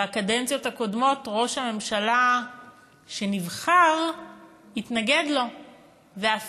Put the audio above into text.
בקדנציות הקודמות ראש הממשלה שנבחר התנגד לו ואף